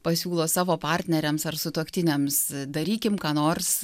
pasiūlo savo partneriams ar sutuoktiniams darykim ką nors